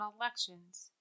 Elections